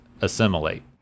assimilate